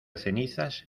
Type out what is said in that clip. cenizas